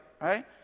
right